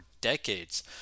decades